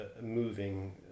moving